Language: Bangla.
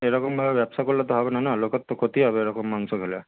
এরকমভাবে ব্যবসা করলে তো হবে না না লোকের তো ক্ষতি হবে এরকম মাংস খেলে